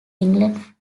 england